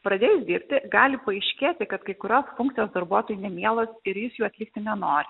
pradėjus dirbti gali paaiškėti kad kai kurios funkcijos darbuotojui nemielos ir jis jų atlikti nenori